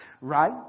right